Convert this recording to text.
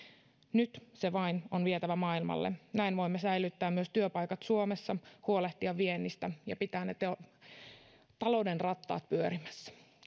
nyt se vain on vietävä maailmalle näin voimme säilyttää myös työpaikat suomessa huolehtia viennistä ja pitää ne talouden rattaat pyörimässä